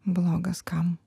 blogas kam